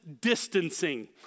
distancing